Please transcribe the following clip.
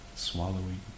swallowing